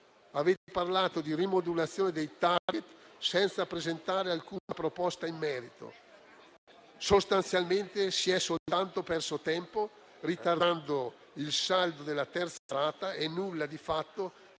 Avete parlato di rimodulazione dei *target*, senza presentare alcuna proposta in merito. Sostanzialmente si è soltanto perso tempo, ritardando il saldo della terza rata, con un nulla di fatto